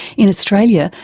in australia,